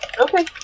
Okay